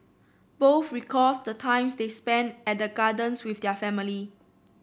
both recalls the times they spent at the gardens with their family